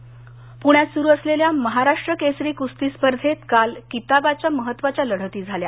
महाराष्ट्र केसरी पुण्यात सुरू असलेल्या महाराष्ट्र केसरी कुस्ती स्पर्धेत काल किताबाच्या महत्वाच्या लढती झाल्या